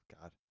God